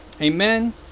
Amen